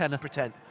pretend